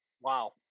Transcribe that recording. wow